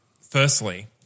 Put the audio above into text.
firstly